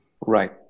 Right